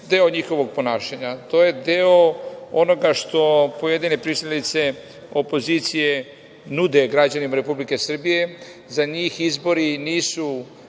deo njihovog ponašanja, to je deo onoga što pojedine pristalice opozicije nude građanima Republike Srbije. Za njih izbori nisu